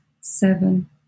seven